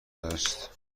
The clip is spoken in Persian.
است